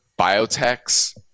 biotechs